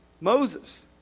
Moses